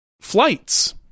flights